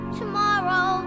tomorrow